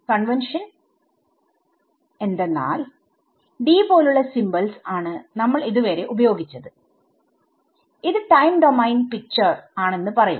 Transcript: convention എന്തെന്നാൽ D പോലുള്ള symbols ആണ് നമ്മൾ ഇത് വരെ ഉപയോഗിച്ചത് ഇത് ടൈം ഡോമെയിൻ പിക്ചർ ആണെന്ന് പറയും